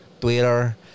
twitter